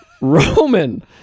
Roman